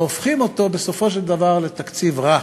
והופכים אותו בסופו של דבר לתקציב רע